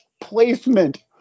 placement